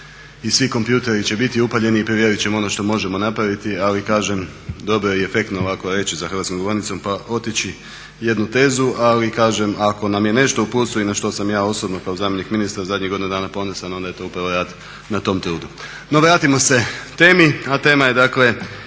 i svi kompjuteri će biti upaljeni i provjerit ćemo ono što možemo napraviti ali kažem dobro je i efektno ovako reći za hrvatskom govornicom pa otići jednu tezu, ali kažem ako nam je nešto u plusu i na što sam ja osobno kao zamjenik ministra u zadnjih godina dana ponosan onda je to upravo rad na tom trudu. No vratimo se temi, a tema je dakle